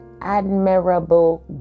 admirable